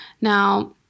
Now